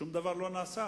שום דבר לא נעשה.